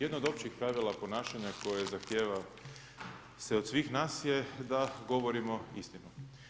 Jedna od općih pravila ponašanja koje zahtjeva se od svih nas je da govorimo istinu.